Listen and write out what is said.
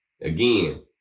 Again